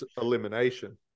elimination